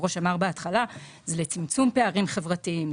הראש אמר בהתחלה היא צמצום פערים חברתיים,